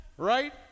Right